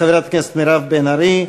חברת הכנסת מירב בן ארי.